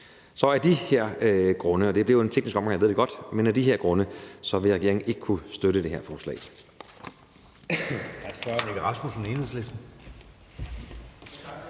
Så af de her grunde – og det er jo en teknisk omgang, ved jeg godt – vil regeringen ikke kunne støtte det her forslag.